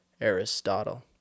Aristotle